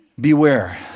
Beware